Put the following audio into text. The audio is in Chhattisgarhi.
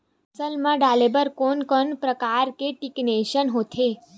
फसल मा डारेबर कोन कौन प्रकार के कीटनाशक होथे?